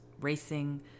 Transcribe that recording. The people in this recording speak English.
racing